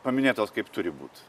paminėtos kaip turi būt